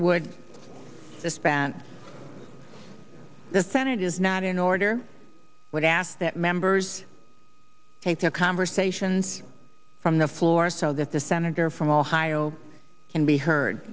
would suspend the senate is not in order but asked that members take their conversations from the floor so that the senator from ohio can be heard